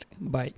Bye